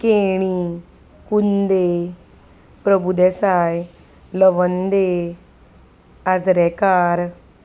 Keni Kunde Prabhudesai Lawande Azrekar